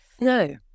no